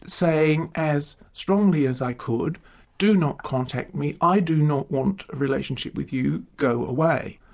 saying as strongly as i could do not contact me, i do not want a relationship with you go away'.